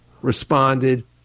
responded